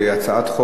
הסביבה נתקבלה.